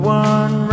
one